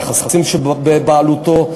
נכסים שבבעלותו,